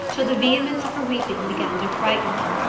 till the vehemence of her weeping began to frighten him,